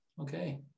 okay